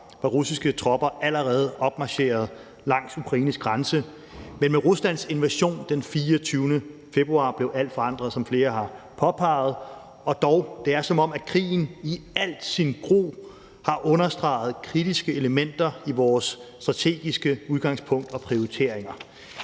var russiske tropper allerede opmarcheret langs Ukraines grænse, men med Ruslands invasion den 24. februar blev alt forandret, som flere har påpeget, og dog er det, som om krigen i al sin gru har understreget kritiske elementer i vores strategiske udgangspunkt og prioriteringer: